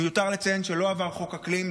מיותר לציין שלא עבר חוק אקלים,